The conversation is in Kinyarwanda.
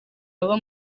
baba